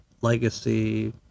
legacy